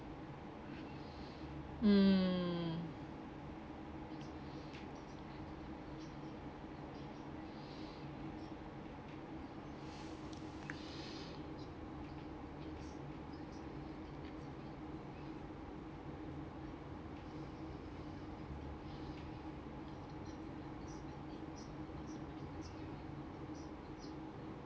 mm